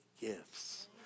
gifts